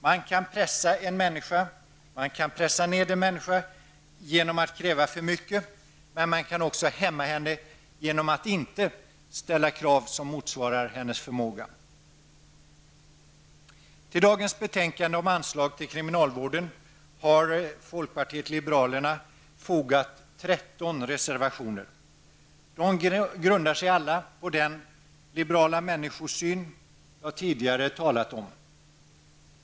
Man kan pressa ned en människa genom att kräva för mycket, men man kan också hämma henne genom att inte ställa krav som motsvarar hennes förmåga. Till dagens betänkande om anslag till kriminalvården har folkpartiet liberalerna fogat 13 reservationer. De grundar sig alla på den liberala människosyn som jag tidigare talat om.